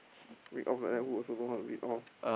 read off like that who also don't know how to read off